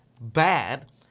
bad